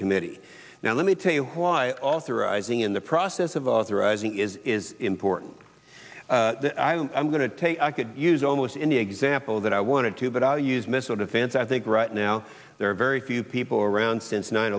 committee now let me tell you why authorizing in the process of authorizing is is important i'm going to take i could use almost any example that i wanted to but i'll use missile defense i think right now there are very few people around since nine